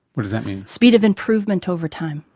what does that mean? speed of improvement over time.